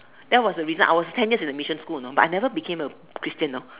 that was a reason I was ten years in mission school you know but I never became a Christian